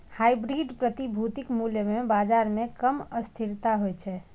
hybrid प्रतिभूतिक मूल्य मे बाजार मे कम अस्थिरता होइ छै